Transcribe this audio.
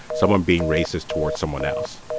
someone being racist toward someone else.